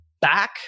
back